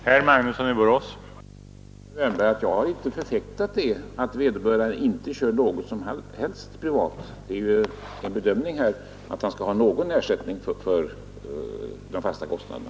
Herr talman! Jag vill säga till herr Wärnberg att jag inte har förfäktat att vederbörande inte kör något som helst privat, men det är ju fråga om en bedömning, om han skall ha någon ersättning för de fasta kostnaderna.